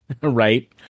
right